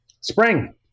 spring